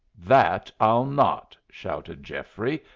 that i'll not! shouted geoffrey,